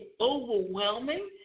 overwhelming